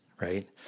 right